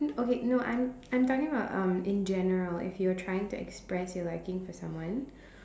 okay no I'm I'm talking about um in general if you're trying to express your liking for someone